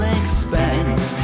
expense